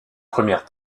premières